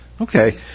Okay